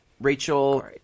Rachel